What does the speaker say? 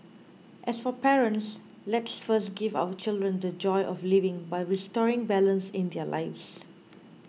as for parents let's first give our children the joy of living by restoring balance in their lives